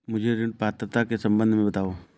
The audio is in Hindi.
मुझे ऋण पात्रता के सम्बन्ध में बताओ?